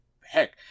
heck